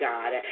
God